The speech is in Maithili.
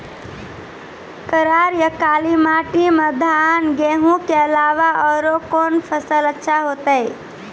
करार या काली माटी म धान, गेहूँ के अलावा औरो कोन फसल अचछा होतै?